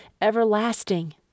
everlasting